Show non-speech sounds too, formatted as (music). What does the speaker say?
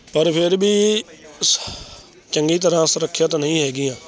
ਪਰ ਫਿਰ ਵੀ (unintelligible) ਚੰਗੀ ਤਰ੍ਹਾਂ ਸੁਰੱਖਿਅਤ ਨਹੀਂ ਹੈਗੀਆਂ